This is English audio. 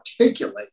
articulate